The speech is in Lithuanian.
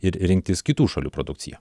ir rinktis kitų šalių produkciją